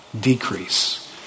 decrease